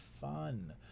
fun